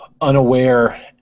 unaware